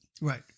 Right